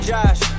Josh